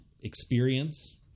experience